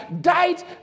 died